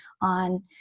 on